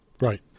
Right